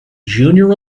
junior